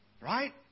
right